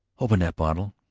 open that bottle,